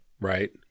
Right